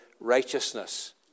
righteousness